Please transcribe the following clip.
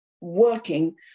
working